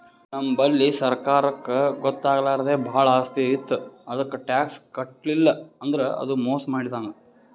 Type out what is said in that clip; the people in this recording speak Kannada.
ನಮ್ ಬಲ್ಲಿ ಸರ್ಕಾರಕ್ಕ್ ಗೊತ್ತಾಗ್ಲಾರ್ದೆ ಭಾಳ್ ಆಸ್ತಿ ಇತ್ತು ಅದಕ್ಕ್ ಟ್ಯಾಕ್ಸ್ ಕಟ್ಟಲಿಲ್ಲ್ ಅಂದ್ರ ಅದು ಮೋಸ್ ಮಾಡಿದಂಗ್